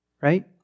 right